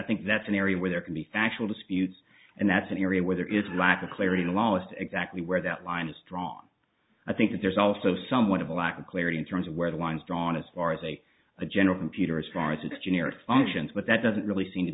think that's an area where there can be factual disputes and that's an area where there is lack of clarity in a long list exactly where that line is drawn i think that there's also somewhat of a lack of clarity in terms of where the lines drawn as far as a a general computer as far as its generic functions but that doesn't really seem to